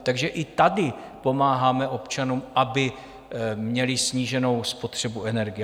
Takže i tady pomáháme občanům, aby měli sníženou spotřebu energie.